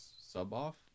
sub-off